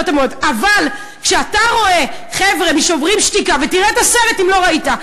אבל כשאתה רואה חבר'ה מ"שוברים שתיקה" ותראה את הסרט אם לא ראית,